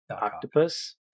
octopus